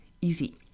easy